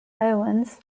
islands